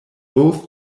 both